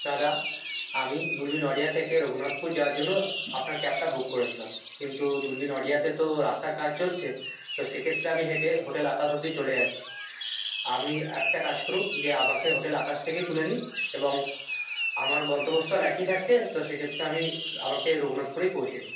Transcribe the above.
দাদা আমি দূলবীন নডিহা থেকে রঘুনাথপুর যাওয়ার জন্য আপনার ক্যাবটা বুক করেছিলাম কিন্তু দূলবীন নডীহাতে তো রাস্তার কাজ চলছে সেক্ষেত্রে আমি হেঁটে হোটেল আকাশ অবধি চলে যাচ্ছি আপনি একটা কাজ করুন যে আমাকে হোটেল আকাশ থেকেই তুলে নিন এবং আমার গন্তব্যস্থল একই থাকছে সেক্ষেত্রে আমি আমাকে রঘুনাথপুরেই পৌঁছে দিন